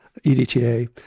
EDTA